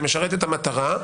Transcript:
זה משרת את המטרה.